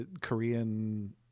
korean